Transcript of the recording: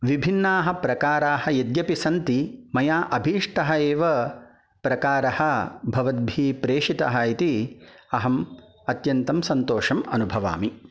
विभिन्नाः प्रकाराः यद्यपि सन्ति मया अभीष्टः एव प्रकारः भवद्भिः प्रेषितः इति अहम् अत्यन्तं सन्तोषम् अनुभवामि